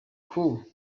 coup